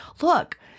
look